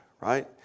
right